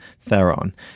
Theron